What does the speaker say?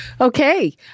Okay